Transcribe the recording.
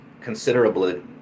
considerably